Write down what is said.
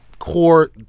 core